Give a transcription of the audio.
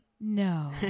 No